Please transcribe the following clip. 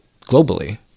globally